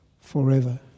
forever